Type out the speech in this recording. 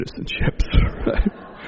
citizenships